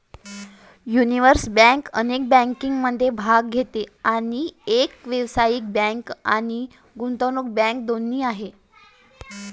universal bank अनेक बँकिंगमध्ये भाग घेते आणि एक व्यावसायिक बँक आणि गुंतवणूक बँक दोन्ही आहे